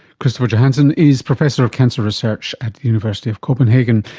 christoffer johansen is professor of cancer research at university of copenhagen.